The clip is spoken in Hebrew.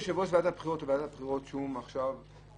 אין ליושב-ראש ועדת הבחירות או לוועדת הבחירות עכשיו שום